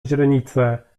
źrenice